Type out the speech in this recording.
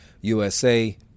USA